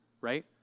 right